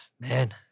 man